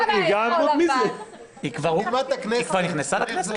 היא כבר נכנסה לכנסת?